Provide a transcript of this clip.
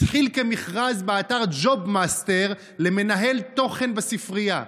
התחיל כמכרז באתר ג'וב מאסטר למנהל תוכן בספרייה?